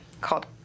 called